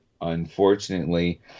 unfortunately